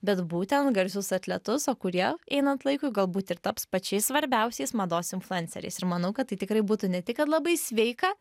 bet būtent garsius atletus o kurie einant laikui galbūt ir taps pačiais svarbiausiais mados influenceriais ir manau kad tai tikrai būtų ne tik kad labai sveika